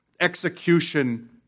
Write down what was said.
execution